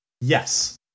Yes